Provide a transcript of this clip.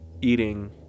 eating